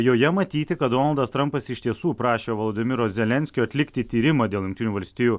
joje matyti kad donaldas trampas iš tiesų prašė volodymyro zelenskio atlikti tyrimą dėl jungtinių valstijų